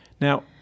Now